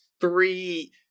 three